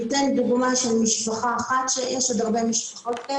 אני אתן דוגמה של משפחה אחת מתוך הרבה משפחות.